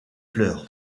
fleurs